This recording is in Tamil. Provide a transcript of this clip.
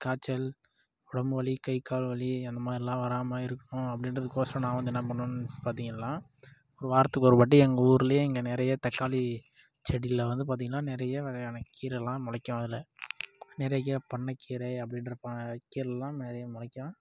காய்ச்சல் உடம்பு வலி கைகால் வலி அந்த மாதிரிலாம் வராமல் இருக்கும் அப்படின்றதுக்கோசரம் நான் வந்து என்ன பண்ணுவேன்னு பார்த்திங்கள்னா ஒரு வாரத்துக்கு ஒரு வாட்டி எங்கள் ஊரிலே இங்கே நிறைய தக்காளி செடிகளில் வந்து பார்த்திங்னா நிறைய வகையான கீரைலாம் முளைக்கும் அதில் நிறைய பண்ணை கீரை அப்படின்ற ப கீரைலாம் நிறைய முளைக்கும்